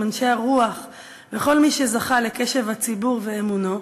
אנשי הרוח וכל מי שזכה לקשב הציבור ואמונו,